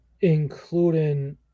Including